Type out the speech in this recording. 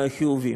חיוביים.